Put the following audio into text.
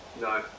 No